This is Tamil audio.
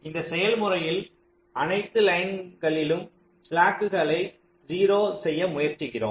இந்த செயல் முறையில் அனைத்து லைன்களிலும் ஸ்லாக்குகளை 0 செய்ய முயற்சிக்கிறோம்